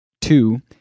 Two